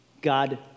God